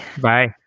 bye